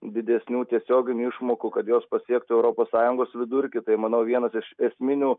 didesnių tiesioginių išmokų kad jos pasiektų europos sąjungos vidurkį tai manau vienas iš esminių